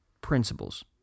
principles